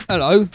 Hello